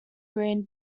green